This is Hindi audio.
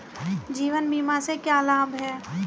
जीवन बीमा से क्या लाभ हैं?